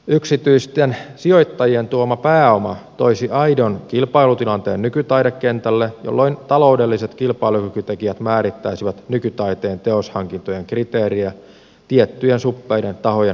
yksityisten sijoittajien tuoma pääoma toisi aidon kilpailutilanteen nykytaidekentälle jolloin taloudelliset kilpailukykytekijät määrittäisivät nykytaiteen teoshankintojen kriteerejä tiettyjen suppeiden tahojen mieltymysten sijaan